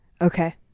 Okay